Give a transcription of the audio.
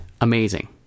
amazing